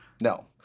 No